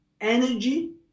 energy